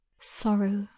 Sorrow